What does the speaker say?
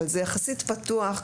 אבל זה יחסית פתוח,